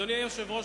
אדוני היושב-ראש,